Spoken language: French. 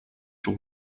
sur